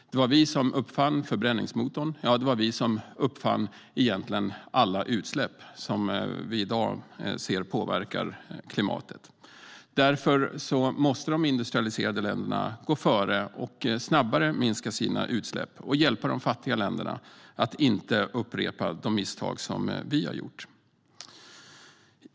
Det var vi som uppfann förbränningsmotorn. Det var egentligen vi som uppfann alla de utsläpp som vi i dag ser påverkar klimatet. Därför måste vi i de industrialiserade länderna gå före, minska våra utsläpp snabbare och hjälpa de fattiga länderna att inte upprepa de misstag som vi har gjort.